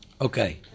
Okay